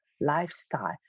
lifestyle